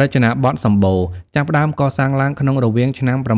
រចនាបថសម្បូណ៌ ចាប់ផ្តើមកសាងឡើងក្នុងរវាងឆ្នាំ៦១